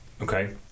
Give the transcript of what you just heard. Okay